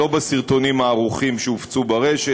לא בסרטונים הערוכים שהופצו ברשת,